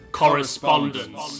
correspondence